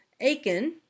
Aiken